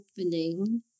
opening